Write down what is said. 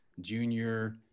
junior